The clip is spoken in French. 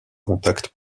contacts